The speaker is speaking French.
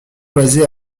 basée